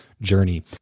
journey